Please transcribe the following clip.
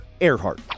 Earhart